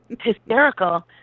hysterical